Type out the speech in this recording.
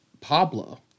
pablo